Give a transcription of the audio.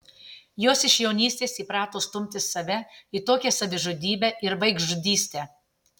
jos iš jaunystės įprato stumti save į tokią savižudybę ir vaikžudystę